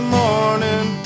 morning